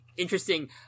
Interesting